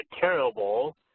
terrible